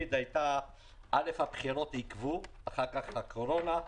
קודם כול הבחירות עיכבו, אחר כך הקורונה.